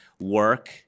work